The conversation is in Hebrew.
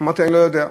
אמרתי: אני לא יודע.